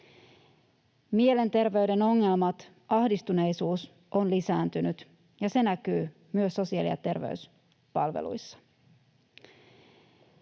Mielenterveyden ongelmat ja ahdistuneisuus ovat lisääntyneet, ja se näkyy myös sosiaali- ja terveyspalveluissa.